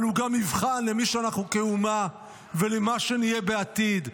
אבל הוא גם מבחן למי שאנחנו כאומה ולמה שנהיה בעתיד?